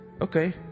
okay